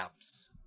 apps